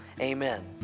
amen